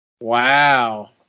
Wow